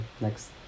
next